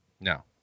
No